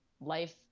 life